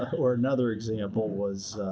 or another example was